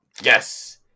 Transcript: Yes